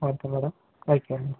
okay madam ಆಯ್ತು madam